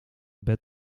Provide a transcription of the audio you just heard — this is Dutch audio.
bed